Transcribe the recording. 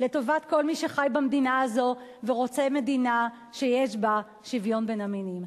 לטובת כל מי שחי במדינה הזאת ורוצה מדינה שיש בה שוויון בין המינים.